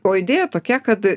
o idėja tokia kad